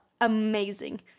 Amazing